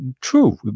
true